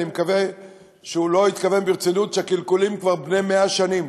אני מקווה שהוא לא התכוון ברצינות שהקלקולים הם כבר בני מאה שנים.